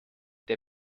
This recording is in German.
der